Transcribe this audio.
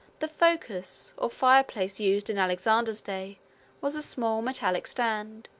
the focus, or fire-place used in alexander's day was a small metallic stand,